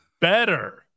Better